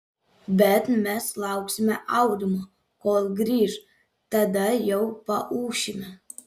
bet mes lauksime aurimo kol grįš tada jau paūšime